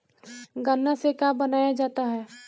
गान्ना से का बनाया जाता है?